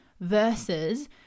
versus